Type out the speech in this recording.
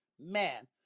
man